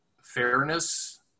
fairness